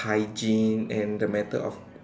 hygiene and the matter of